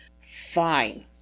fine